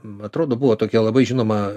atrodo buvo tokia labai žinoma